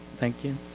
thank you.